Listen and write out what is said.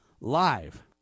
live